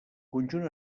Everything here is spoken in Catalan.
conjunt